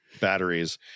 batteries